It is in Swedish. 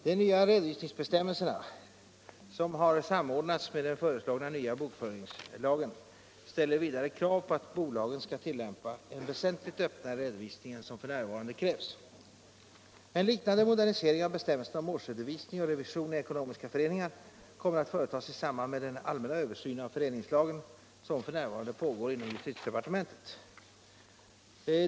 De nya redovisningsbestämmelserna, som har samordnats med den föreslagna nya bokföringslagen, ställer vidare krav på att bolagen skall tillämpa en väsentligt öppnare redovisning än som f.n. krävs. En liknande modernisering av bestämmelserna om årsredovisning och revision i ekonomiska föreningar kommer att företas i samband med den allmänna översyn av föreningslagen som f. n. pågår inom justitiedepartementet.